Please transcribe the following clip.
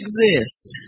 exist